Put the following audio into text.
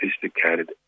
sophisticated